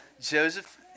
Joseph